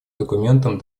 документам